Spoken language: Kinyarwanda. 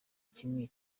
kimwe